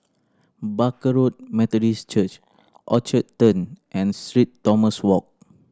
Barker Road Methodist Church Orchard Turn and Street Thomas Walk